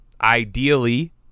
ideally